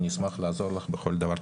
אשמח לעזור לך בכל דבר.